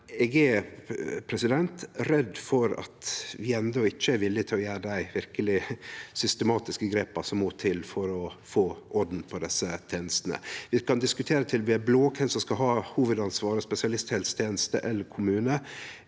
tek tak i, men eg er redd for at vi enno ikkje er villige til å ta dei verkeleg systematiske grepa som må til for å få orden på desse tenestene. Vi kan diskutere til vi er blå om kven som skal ha hovudansvaret, spesialisthelseteneste eller kommune,